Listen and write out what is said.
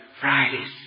Fridays